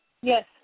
Yes